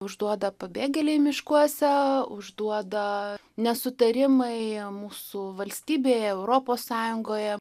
užduoda pabėgėliai miškuose užduoda nesutarimai mūsų valstybėje europos sąjungoje